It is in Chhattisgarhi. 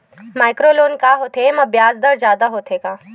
माइक्रो लोन का होथे येमा ब्याज दर जादा होथे का?